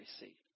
receipt